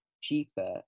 cheaper